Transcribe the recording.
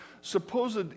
supposed